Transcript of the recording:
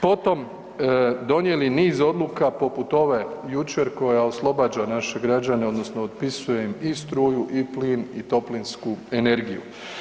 Potom, donijeli niz odluka poput ove jučer koje oslobađa naše građane odnosno otpisuje im i struju i plin i toplinsku energiju.